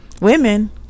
women